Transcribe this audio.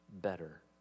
better